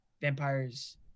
vampires